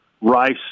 Rice